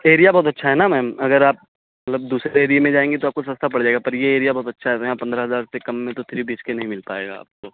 area بہت اچھا ہے نا میم اگر آپ مطلب دوسرے ایریے میں جائیں گی تو آپ کو سستا پڑ جائے گا پر یہ ایریا بہت اچھا ہے یہاں پندرہ ہزار سے کم میں تو تھری بی ایچ کے نہیں مل پائے گا آپ کو